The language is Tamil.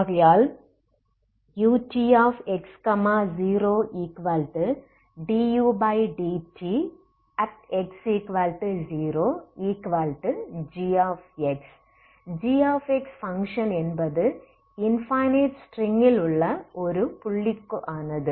ஆகையால் utx0 dudt|x0g gபங்க்ஷன் என்பது இன்பனைட் ஸ்ட்ரிங் ல் உள்ள ஒவ்வொரு புள்ளிக்குமானது